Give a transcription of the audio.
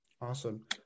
Awesome